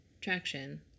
traction